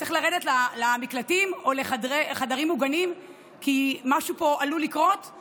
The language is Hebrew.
צריך לרדת למקלטים או לחדרים מוגנים כי משהו עלול לקרות פה?